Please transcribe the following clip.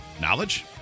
knowledge